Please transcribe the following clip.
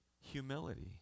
Humility